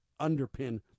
underpin